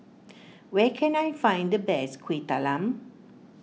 where can I find the best Kueh Talam